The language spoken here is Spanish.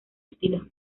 estilos